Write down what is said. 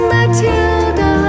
Matilda